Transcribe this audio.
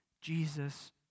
Jesus